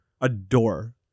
adore